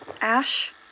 Ash